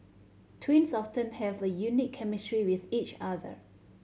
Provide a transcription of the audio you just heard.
twins often have a unique chemistry with each other